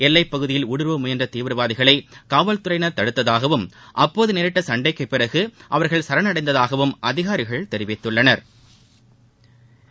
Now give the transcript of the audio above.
எல்லைப் பகுதியில் ஊடுருவ முயன்ற தீவிரவாதிகளை காவல்துறையினர் தடுத்ததாகவும் அப்போது நேரிட்ட சண்டைக்குப் பிறகு அவா்கள் சரணடைந்ததாகவும் அதிகாரிகள் தெரிவித்துள்ளனா்